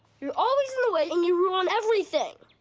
you're always in the way and you ruin everything.